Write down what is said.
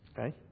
Okay